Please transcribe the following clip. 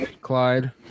Clyde